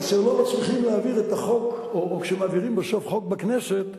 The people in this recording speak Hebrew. כאשר לא מצליחים להעביר את החוק או כשמעבירים בסוף חוק בכנסת,